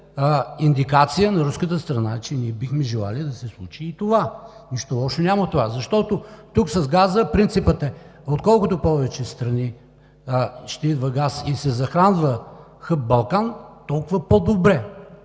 индикация на руската страна, че ние бихме желали да се случи и това. Нищо лошо няма в това, защото тук с газа принципът е от колкото повече страни ще идва газ и се захранва хъб „Балкан“, толкова по-добре.